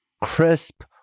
crisp